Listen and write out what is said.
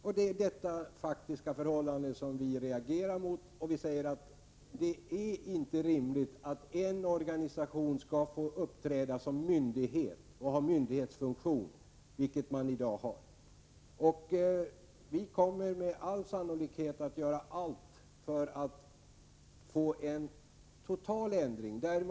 Vi reagerar mot detta faktiska förhållande, och vi säger att det inte är rimligt att en organisation skall få uppträda som myndighet och ha myndighetsfunktion, vilket är fallet i dag. Vi kommer med all sannolikhet att göra allt för att få en total ändring till stånd.